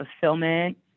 fulfillment